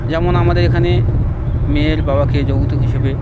যেমন আমাদের এখানে মেয়ের বাবাকে যৌতুক হিসেবে